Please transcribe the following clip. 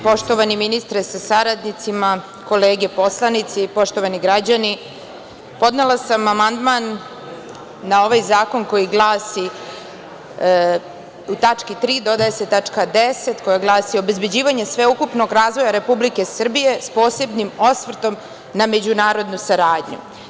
Poštovani ministre sa saradnicima, kolege poslanici, poštovani građani, podnela sam amandman na ovaj zakon koji glasi u tački 3. dodaje se tačka 10. koja glasi – Obezbeđivanje sveobuhvatnog razvoja Republike Srbije, s posebnim osvrtom na međunarodnu saradnju.